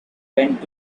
went